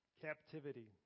Captivity